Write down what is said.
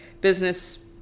business